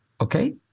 Okay